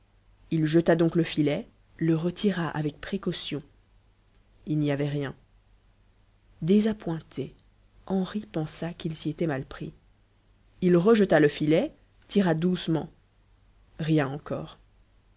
il jeta donc le filet le retira avec précaution il n'y avait rien désappointé henri pensa qu'il s'y était mal pris il rejeta le filet tira doucement rien encore